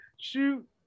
shoot